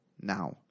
now